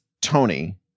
Tony